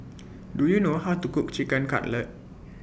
Do YOU know How to Cook Chicken Cutlet